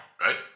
Right